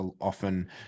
often